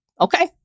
okay